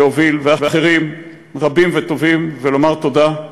שהוביל, ואחרים, רבים וטובים, ולומר תודה.